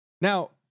Now